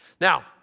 Now